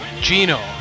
Gino